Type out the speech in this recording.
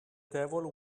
devil